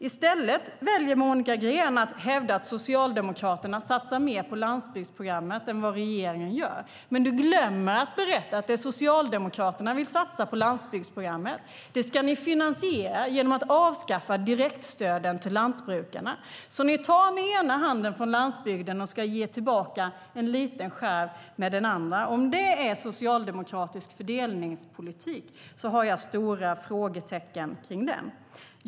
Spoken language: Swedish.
I stället väljer Monica Green att hävda att Socialdemokraterna satsar mer på landsbygdsprogrammet än vad regeringen gör men glömmer att berätta att det som Socialdemokraterna vill satsa på landsbygdsprogrammet ska finansieras genom att avskaffa direktstöden till lantbrukarna. Ni tar med ena handen från landsbygden och ska ge tillbaka en liten skärv med den andra. Om det är socialdemokratisk fördelningspolitik har jag stora frågetecken kring den.